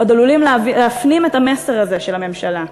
עוד עלולים להפנים את המסר הזה של הממשלה.